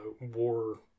war